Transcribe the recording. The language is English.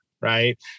right